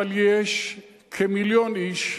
אבל יש כמיליון איש,